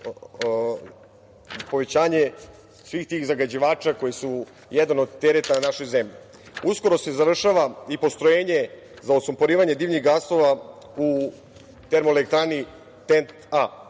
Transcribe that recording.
povećanje svih tih zagađivača koji su jedan od tereta u našoj zemlji. Uskoro se završava i postrojenje za odsumporavanje dimnih gasova u Termoelektrani TENT-A.Isto